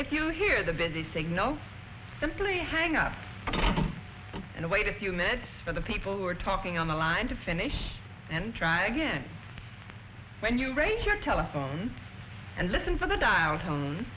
if you hear the busy signal simply hang up and wait a few minutes for the people who are talking on the line to finish and try again when you break your telephone and listen for the dial tone